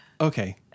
Okay